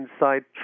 inside